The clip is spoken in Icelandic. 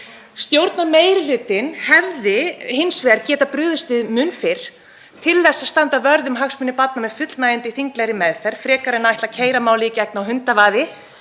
Stjórnarmeirihlutinn hefði hins vegar getað brugðist við mun fyrr til þess að standa vörð um hagsmuni barna með fullnægjandi þinglegri meðferð frekar en að ætla að keyra málið í gegn á hundavaði